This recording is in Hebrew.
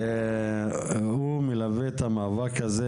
הוא מלווה את המאבק הזה.